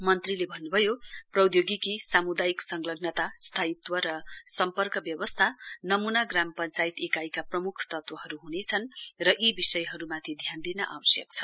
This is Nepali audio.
मन्त्रीले भन्नुभयो प्रौधोगिकी सामुदायिक संलग्नता स्थायीत्व र सम्पर्क व्यवस्था नमूना ग्राम पञ्चायत इकाइका प्रमुख तत्वहरू हुनेछन् र यी विषयहरूमाथि ध्यान दिन आवश्यक छ